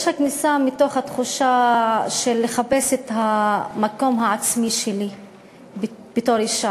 יש כניסה מתוך תחושה של לחפש את המקום העצמי שלי בתור אישה,